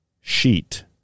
sheet